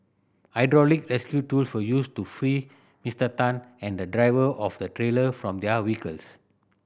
hydraulic rescue tools were used to free Mister Tan and the driver of the trailer from their vehicles